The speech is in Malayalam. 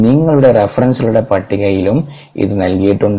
നിങ്ങളുടെ റഫറൻസുകളുടെ പട്ടികയിലും ഇത് നൽകിയിട്ടുണ്ട്